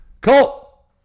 Colt